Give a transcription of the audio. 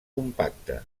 compacte